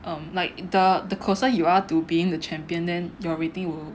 um like the the closer you are to being the champion then your rating would